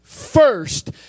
First